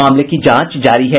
मामले की जांच जारी है